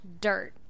dirt